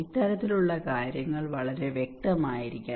ഇത്തരത്തിലുള്ള കാര്യങ്ങൾ വളരെ വ്യക്തമായിരിക്കണം